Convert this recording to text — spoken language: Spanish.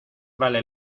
vale